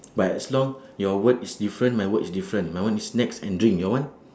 but as long your word is different my word is different my one is snacks and drink your one